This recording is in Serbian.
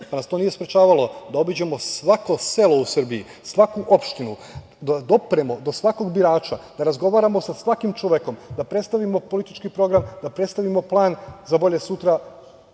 pa nas to nije sprečavalo da obiđemo svako selo u Srbiji, svaku opštinu, da dopremo do svakog birača, da razgovaramo sa svakim čovekom, da predstavimo politički program, da predstavimo plan za bolje sutra